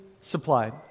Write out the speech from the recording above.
supplied